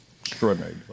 extraordinary